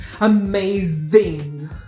amazing